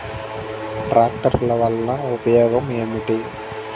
ట్రాక్టర్లు వల్లన ఉపయోగం ఏమిటీ?